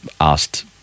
asked